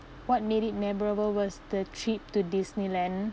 what made it memorable was the trip to disneyland